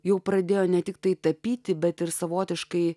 jau pradėjo ne tiktai tapyti bet ir savotiškai